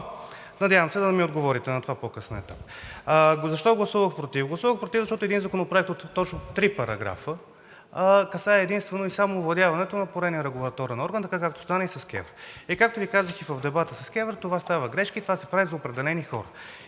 Надявам се да ми отговорите на това на по-късен етап. Защо гласувах против? Гласувах против, защото един законопроект от точно три параграфа касае единствено и само овладяването на поредния регулаторен орган така, както стана и с КЕВР. Както Ви казах и в дебата с КЕВР, с това стават грешки, това се прави за определени хора.